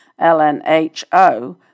LNHO